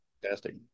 fantastic